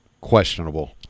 questionable